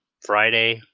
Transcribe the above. Friday